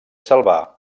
salvar